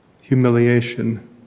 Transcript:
humiliation